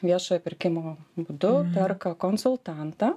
viešojo pirkimo būdu perka konsultantą